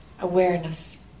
awareness